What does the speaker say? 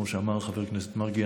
כמו שאמר חבר הכנסת מרגי,